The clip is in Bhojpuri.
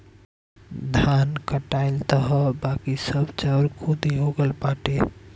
धान कुटाइल तअ हअ बाकी सब चाउर खुद्दी हो गइल बाटे